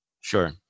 Sure